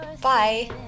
bye